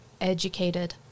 educated